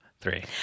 three